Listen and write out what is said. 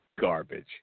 garbage